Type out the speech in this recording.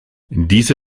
diese